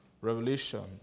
Revelation